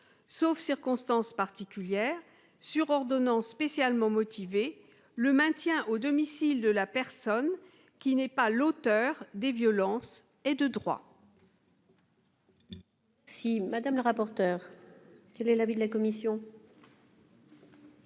Sauf circonstances particulières, sur ordonnance spécialement motivée, le maintien au domicile de la personne qui n'est pas l'auteur des violences est de droit.